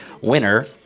winner